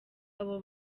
abo